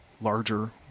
larger